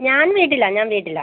ഞാന് വീട്ടിലാണ് ഞാൻ വീട്ടിലാണ്